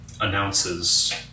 announces